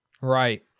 Right